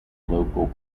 local